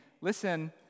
listen